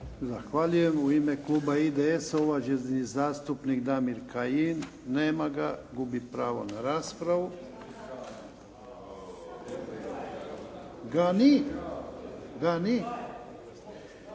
Zahvaljujem. U ime Kluba IDS-a, uvaženi zastupnik Damir Kajin. Nema ga. Gubi pravo na raspravu. Ga ni, ga ni.